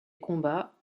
combats